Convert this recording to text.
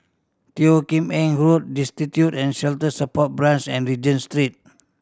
Teo Kim Eng Road Destitute and Shelter Support Branch and Regent Street